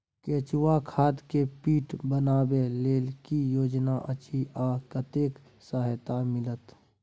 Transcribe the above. केचुआ खाद के पीट बनाबै लेल की योजना अछि आ कतेक सहायता मिलत?